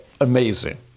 amazing